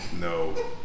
no